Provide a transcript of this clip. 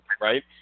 right